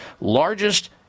largest